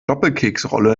doppelkeksrolle